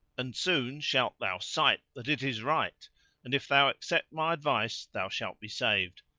and soon shalt thou sight that it is right and if thou accept my advice thou shalt be saved,